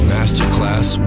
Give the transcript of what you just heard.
Masterclass